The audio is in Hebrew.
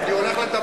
אני הולך לדבר.